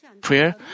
prayer